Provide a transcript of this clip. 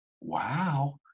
wow